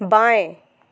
बाएँ